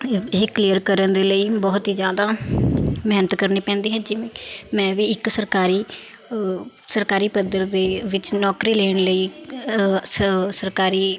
ਇਹ ਕਲੀਅਰ ਕਰਨ ਦੇ ਲਈ ਬਹੁਤ ਹੀ ਜ਼ਿਆਦਾ ਮਿਹਨਤ ਕਰਨੀ ਪੈਂਦੀ ਹੈ ਜਿਵੇਂ ਮੈਂ ਵੀ ਇੱਕ ਸਰਕਾਰੀ ਸਰਕਾਰੀ ਪੱਧਰ ਦੇ ਵਿੱਚ ਨੌਕਰੀ ਲੈਣ ਲਈ ਸ ਸਰਕਾਰੀ